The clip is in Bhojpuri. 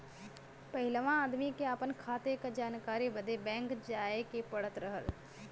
पहिलवा आदमी के आपन खाते क जानकारी बदे बैंक जाए क पड़त रहल